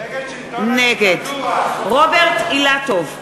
נגד רוברט אילטוב,